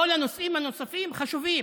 כל הנושאים הנוספים חשובים,